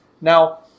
Now